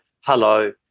hello